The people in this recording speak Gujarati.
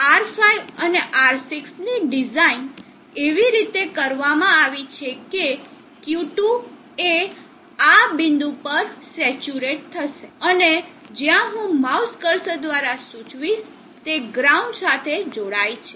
R5 અને R6 ની ડિઝાઇન એવી રીતે કરવામાં આવી છે કે Q2 એ આ બિંદુ પર સેચ્યુરેટ થશે અને જ્યાં હું માઉસ કર્સર દ્વારા સૂચવીશ તે ગ્રાઉન્ડ સાથે જોડાય છે